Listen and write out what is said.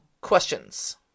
Questions